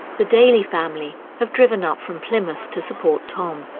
the daley family have driven up from plymouth to support tom.